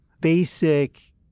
basic